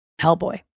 Hellboy